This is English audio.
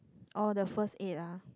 oh the first aid ah